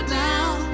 down